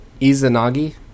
Izanagi